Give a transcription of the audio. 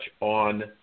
on